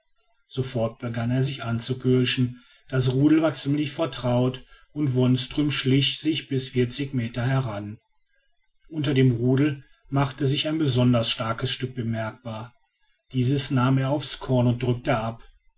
sofort begann er sich anzupürschen das rudel war ziemlich vertraut und wonström schlich sich bis vierzig meter heran unter dem rudel machte sich ein besonders starkes stück bemerkbar dieses nahm er auf's korn und drückte ab